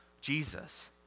Jesus